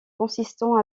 consistant